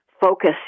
focus